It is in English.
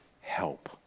help